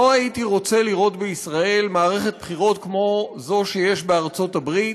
לא הייתי רוצה לראות בישראל מערכת בחירות כמו זו שיש בארצות-הברית,